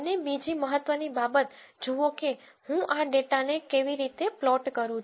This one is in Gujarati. અને બીજી મહત્વની બાબત જુઓ કે હું આ ડેટા ને કેવી રીતે પ્લોટ કરું છું